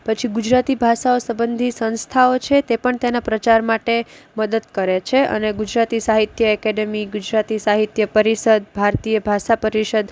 પછી ગુજરાતી ભાષાઓ સબંધી સંસ્થાઓ છે તે પણ તેના પ્રચાર માટે મદદ કરે છે અને ગુજરાતી સાહિત્ય એકેડેમી ગુજરાતી સાહિત્ય પરિસદ ભારતીય ભાષા પરિષદ